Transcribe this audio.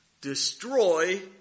destroy